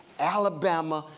alabama,